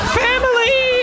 family